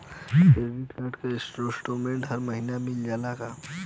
Credit card क statement हर महिना मिल जाला का?